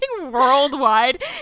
worldwide